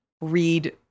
read